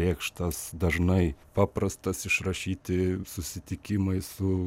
lėkštas dažnai paprastas išrašyti susitikimai su